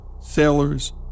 sailors